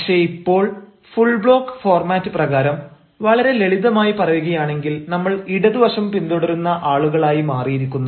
പക്ഷേ ഇപ്പോൾ full block format പ്രകാരം വളരെ ലളിതമായി പറയുകയാണെങ്കിൽ നമ്മൾ ഇടതുവശം പിന്തുടരുന്ന ആളുകൾ ആയി മാറിയിരിക്കുന്നു